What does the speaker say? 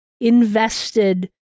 invested